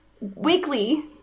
weekly